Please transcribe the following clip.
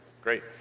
Great